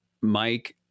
Mike